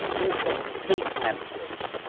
is a state employee.